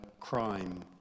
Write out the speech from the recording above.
crime